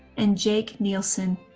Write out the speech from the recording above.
and jake nielson.